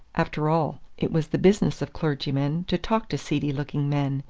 after all, it was the business of clergymen to talk to seedy-looking men,